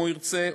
אם ירצה,